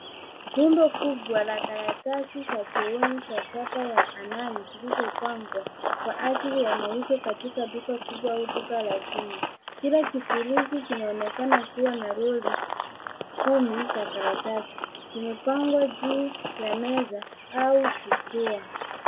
Rundo kubwa la karatasi za chooni za chapa ya Hanan zilizopangwa kwa ajili ya mauzo katika duka kubwa au duka la jumla. Kila kifurushi kinaonekana kuwa na roli kumi za karatasi. Zimepangwa juu ya meza, au jukwaa.